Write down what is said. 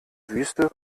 wüste